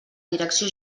direcció